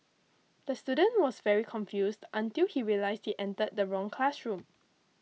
the student was very confused until he realised he entered the wrong classroom